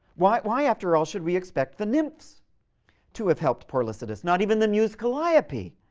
why why after all should we expect the nymphs to have helped poor lycidas? not even the muse calliope,